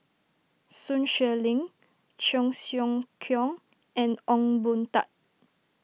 Sun Xueling Cheong Siew Keong and Ong Boon Tat